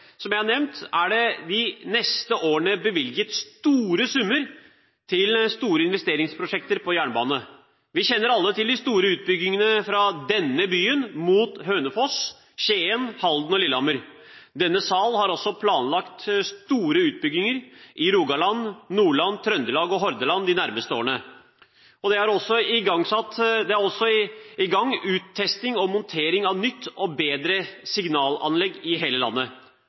det jeg har nevnt, er det de neste årene bevilget store summer til store investeringsprosjekter på jernbane. Vi kjenner alle til de store utbyggingene fra denne byen mot Hønefoss, Skien, Halden og Lillehammer. Denne salen har også planlagt store utbedringer i Rogaland, Nordland, Trøndelag og Hordaland de nærmeste årene. Det er også i gang uttesting og montering av nytt og bedre signalanlegg i hele landet.